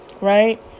Right